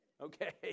okay